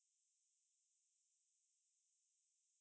exactly same kind of person as that guy in your group